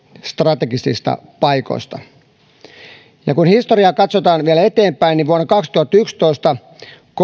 strategisista paikoista kun historiaa katsotaan vielä eteenpäin niin vuonna kaksituhattayksitoista